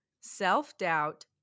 self-doubt